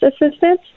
assistance